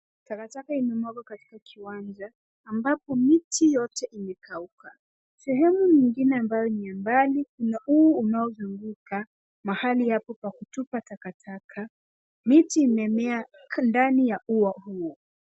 Takataka imemwagwa katika kiwanja, ambapo miti yote imekauka. Sehemu nyingine ambayo ni ya mbali ,kuna ua unaozunguka mahali hapo pa kutupa takataka. Miti imemea ndani ya ua huo .